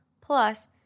plus